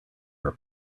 were